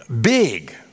big